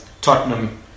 Tottenham